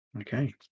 Okay